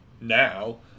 now